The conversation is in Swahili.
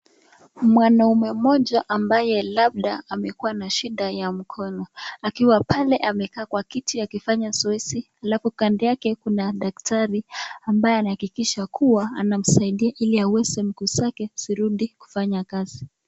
Mwanaume mmoja ambaye labda amekuwa na shida ya mkono akiwa pale amekaa kwa kiti akifanya zoezi alafu kando yake kuna daktari ambaye anahakikisha kuwa anamsaidia ili aweze mguu zake zirudi kufanya kazi.